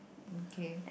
okay